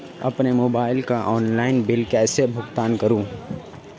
अपने मोबाइल का online bill कैसे भुगतान करूं?